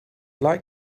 like